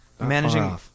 Managing